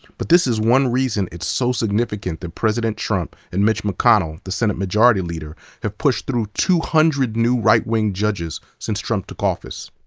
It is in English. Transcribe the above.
but this is one reason it's so significant that president trump and mitch mcconnell, the senate majority leader have pushed through two hundred new right wing judges since trump took office.